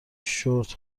شورت